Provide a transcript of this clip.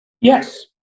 Yes